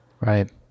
Right